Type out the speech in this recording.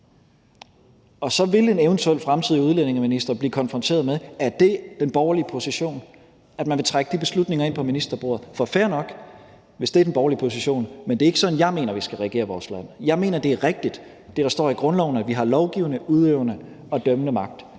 så vil en eventuel fremtidig udlændingeminister blive konfronteret med spørgsmålet: Er det den borgerlige position, at man vil trække de beslutninger ind på ministerbordet? For det er fair nok, hvis det er den borgerlige position, men det er ikke sådan, jeg mener vi skal regere vores land. Jeg mener, det er rigtigt, hvad der står i grundloven; at vi har lovgivende, udøvende og dømmende magt.